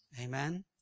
Amen